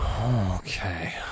Okay